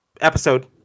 episode